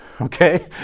okay